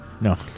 No